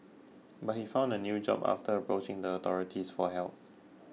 but he found a new job after approaching the authorities for help